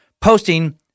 Posting